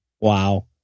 Wow